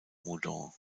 moudon